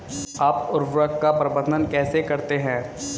आप उर्वरक का प्रबंधन कैसे करते हैं?